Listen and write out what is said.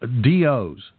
DOs